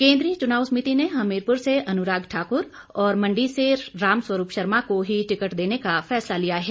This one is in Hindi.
केंद्रीय चुनाव समिति ने हमीरपुर से अनुराग ठाकुर और मंडी से रामस्वरूप शर्मा को ही टिकट देने का फैसला लिया है